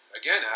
again